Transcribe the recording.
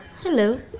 Hello